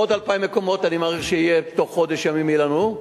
עוד 2,000 מקומות אני מעריך שבתוך חודש ימים יהיו לנו.